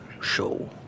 show